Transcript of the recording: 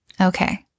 Okay